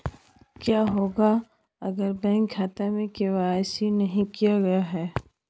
क्या होगा अगर बैंक खाते में के.वाई.सी नहीं किया गया है?